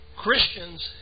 Christians